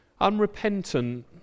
Unrepentant